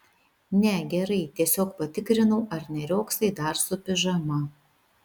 ne gerai tiesiog patikrinau ar neriogsai dar su pižama